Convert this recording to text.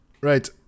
Right